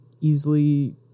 easily